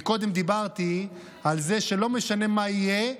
קודם דיברתי על זה שלא משנה מה יהיה,